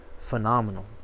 phenomenal